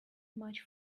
much